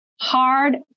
hard